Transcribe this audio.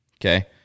Okay